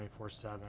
24-7